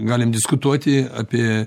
galim diskutuoti apie